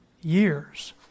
years